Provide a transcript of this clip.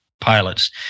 pilots